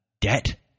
debt